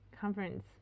conference